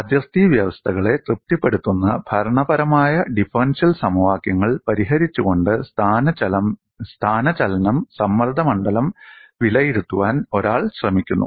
അതിർത്തി വ്യവസ്ഥകളെ തൃപ്തിപ്പെടുത്തുന്ന ഭരണപരമായ ഡിഫറൻഷ്യൽ സമവാക്യങ്ങൾ പരിഹരിച്ചുകൊണ്ട് സ്ഥാനചലനം സമ്മർദ്ദ മണ്ഡലം വിലയിരുത്താൻ ഒരാൾ ശ്രമിക്കുന്നു